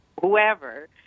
whoever